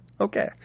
Okay